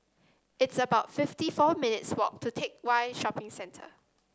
it's about fifty four minutes' walk to Teck Whye Shopping Centre